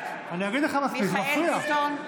בעד מיכאל מרדכי ביטון,